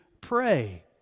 pray